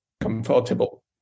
comfortable